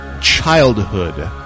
childhood